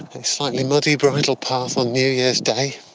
and slightly muddy bridle path on new year's day,